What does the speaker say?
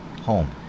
home